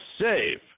save